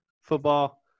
football